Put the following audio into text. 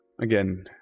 again